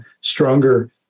stronger